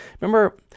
Remember